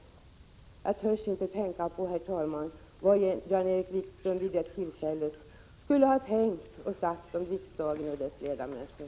Jag törs inte tänka på vad Jan-Erik Wikström då skulle ha tänkt och sagt om riksdagens ledamöter.